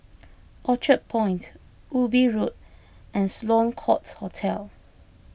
Orchard Point Ubi Road and Sloane Court Hotel